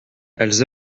elles